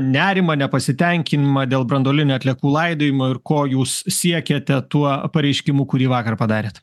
nerimą nepasitenkinimą dėl branduolinių atliekų laidojimo ir ko jūs siekiate tuo pareiškimu kurį vakar padarėt